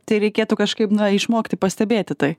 tai reikėtų kažkaip išmokti pastebėti tai